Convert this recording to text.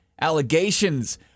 allegations